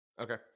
Okay